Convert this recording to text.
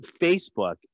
Facebook